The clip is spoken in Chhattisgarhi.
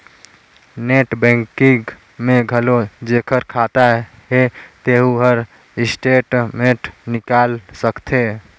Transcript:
नेट बैंकिग में घलो जेखर खाता हे तेहू हर स्टेटमेंट निकाल सकथे